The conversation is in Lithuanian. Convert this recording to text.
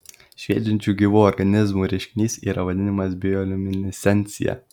šviečiančių gyvų organizmų reiškinys yra vadinamas bioliuminescencija